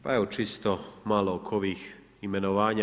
Pa, evo, čisto malo oko ovih imenovanja.